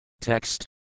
Text